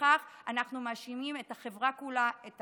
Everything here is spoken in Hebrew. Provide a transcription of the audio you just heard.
בכך אנחנו מענישים את החברה כולה, את